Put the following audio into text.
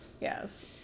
Yes